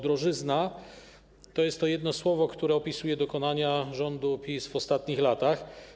Drożyzna to jest to jedno słowo, które opisuje dokonania rządu PiS w ostatnich latach.